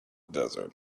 desert